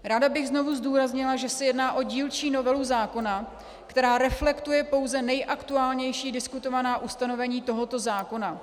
Ráda bych znovu zdůraznila, že se jedná o dílčí novelu zákona, která reflektuje pouze nejaktuálnější diskutovaná ustanovení tohoto zákona.